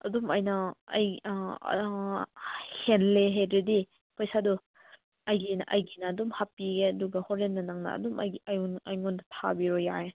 ꯑꯗꯨꯝ ꯑꯩꯅ ꯍꯦꯜꯂꯦ ꯍꯥꯏꯔꯗꯤ ꯄꯩꯁꯥꯗꯨ ꯑꯩꯒꯤꯅ ꯑꯩꯒꯤꯅ ꯑꯗꯨꯝ ꯍꯥꯞꯄꯤꯒꯦ ꯑꯗꯨꯒ ꯍꯣꯔꯦꯟꯅ ꯅꯪꯅ ꯑꯗꯨꯝ ꯑꯩꯒꯤ ꯑꯩꯉꯣꯟꯗ ꯑꯩꯉꯣꯟꯗ ꯊꯥꯕꯤꯔꯣ ꯌꯥꯏ